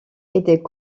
était